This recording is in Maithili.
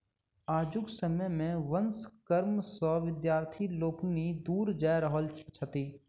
आजुक समय मे वंश कर्म सॅ विद्यार्थी लोकनि दूर जा रहल छथि